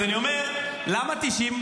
אז אני אומר, למה 90?